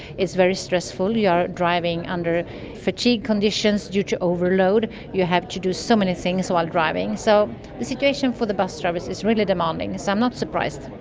it's very stressful, you are driving under fatigue conditions due to overload, you have to do so many things while driving. so the situation for the bus drivers is really demanding, so i'm not surprised.